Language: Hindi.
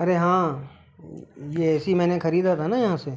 अरे हाँ यह ए सी मैंने ख़रीदा था न यहाँ से